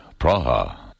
Praha